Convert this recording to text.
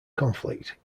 conflict